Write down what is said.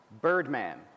Birdman